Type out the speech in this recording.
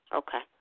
okay